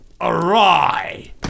awry